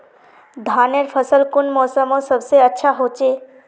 धानेर फसल कुन मोसमोत सबसे अच्छा होचे?